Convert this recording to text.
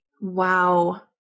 Wow